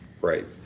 Right